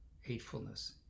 hatefulness